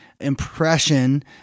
impression